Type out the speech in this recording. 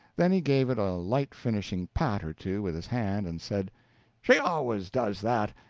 then he gave it a light finishing pat or two with his hand, and said she always does that.